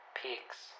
peaks